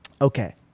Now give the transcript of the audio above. Okay